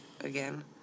again